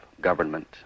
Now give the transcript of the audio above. government